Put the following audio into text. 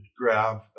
grab